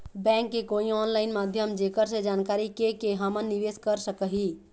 Bank के कोई online माध्यम जेकर से जानकारी के के हमन निवेस कर सकही?